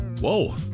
Whoa